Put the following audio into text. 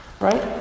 Right